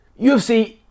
UFC